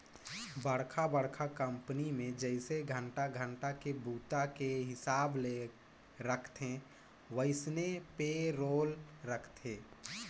बड़खा बड़खा कंपनी मे जइसे घंटा घंटा के बूता के हिसाब ले राखथे वइसने पे रोल राखथे